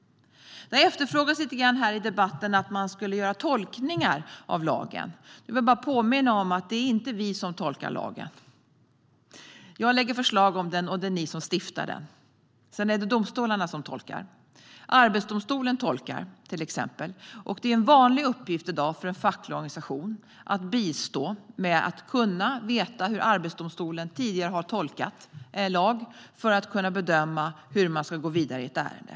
Det har i debatten efterfrågats att man skulle göra tolkningar av lagen. Jag vill bara påminna om att det inte är vi som tolkar lagen. Jag lägger fram förslag om den, och det är ni som stiftar den. Sedan är det domstolarna som tolkar. Arbetsdomstolen tolkar, till exempel, och det är i dag en vanlig uppgift för en facklig organisation att genom kunskap om hur Arbetsdomstolen tidigare har tolkat en lag bistå för att bedöma hur man ska gå vidare i ett ärende.